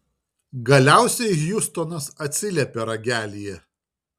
galiausiai hjustonas atsiliepė ragelyje